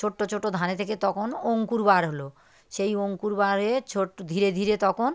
ছোট্টো ছোট্টো ধানে থেকে তখন অঙ্কুর বার হলো সেই অঙ্কুর বারে ছোট্টো ধীরে ধীরে তখন